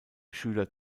schüler